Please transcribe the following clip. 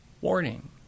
warning